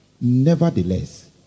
Nevertheless